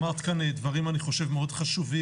אמרת כאן דברים, אני חושב, מאוד חשובים.